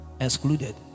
excluded